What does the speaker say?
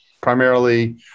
primarily